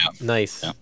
Nice